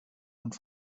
und